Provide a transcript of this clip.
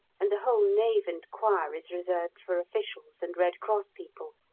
and the whole nave and choir is reserved for officials and red cross people.